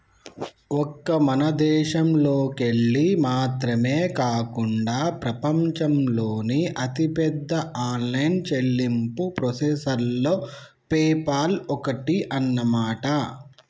ఒక్క మన దేశంలోకెళ్ళి మాత్రమే కాకుండా ప్రపంచంలోని అతిపెద్ద ఆన్లైన్ చెల్లింపు ప్రాసెసర్లలో పేపాల్ ఒక్కటి అన్నమాట